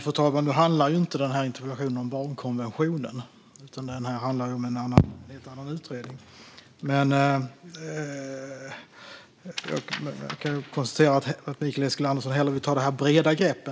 Fru talman! Interpellationen handlar inte om barnkonventionen utan om en helt annan utredning. Jag kan konstatera att Mikael Eskilandersson hellre vill ta breda grepp